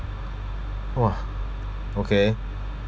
!wah! okay